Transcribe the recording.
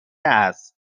است